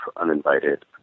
uninvited